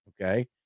okay